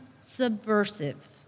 subversive